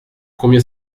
combien